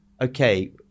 okay